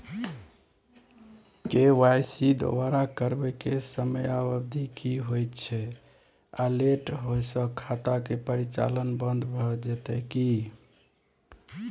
KYC दोबारा करबै के समयावधि की होय छै आ लेट होय स खाता के परिचालन बन्द भ जेतै की?